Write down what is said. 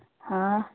हां